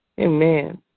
Amen